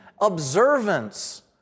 observance